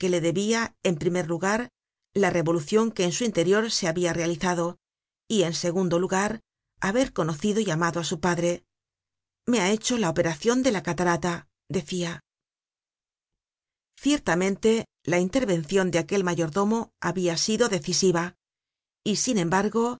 debia en primer lugar la revolucion que en su interior se habia realizado y en segundo lugar haber conocido y amado á su padre me ha hecho la operacion de la catarata decia ciertamente la intervencion de aquel mayordomo habia sido decisiva y sin embargo